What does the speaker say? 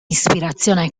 ispirazione